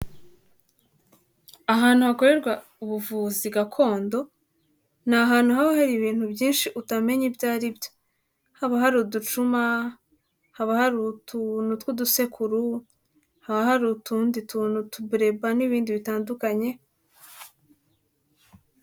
Ahantu hakorerwa ubuvuzi gakondo, ni ahantu haba hari ibintu byinshi utamenya ibyo aribyo. Haba hari uducuma, haba hari utuntu tw'udusekuru, haba hari utundi tuntu, utubeleba n'ibindi bitandukanye.